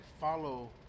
follow